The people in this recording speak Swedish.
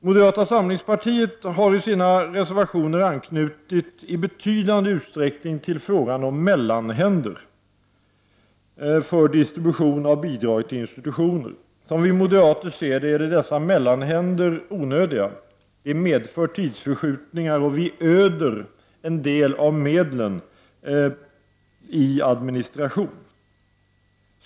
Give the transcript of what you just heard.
Moderata samlingspartiet har i sina reservationer i betydande utsträckning anknutit till frågan om mellanhänder för distributionen av bidrag till institutioner. Som vi moderater ser det är dessa mellanhänder onödiga. De medför tidsförskjutningar och öder en del av medlen i administration.